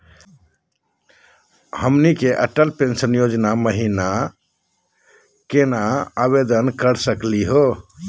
हमनी के अटल पेंसन योजना महिना केना आवेदन करे सकनी हो?